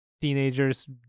teenagers